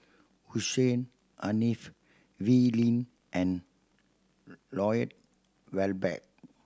Hussein Haniff Wee Lin and Lloyd Valberg